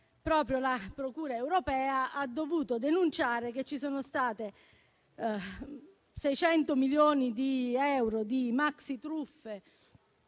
proprio la procura europea ha dovuto denunciare che ci sono stati 600 milioni di euro di maxitruffe